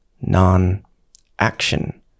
non-action